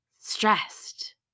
stressed